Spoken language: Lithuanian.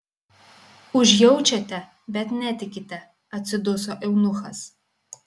užjaučiate bet netikite atsiduso eunuchas